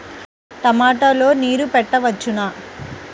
టమాట లో నీరు పెట్టవచ్చునా?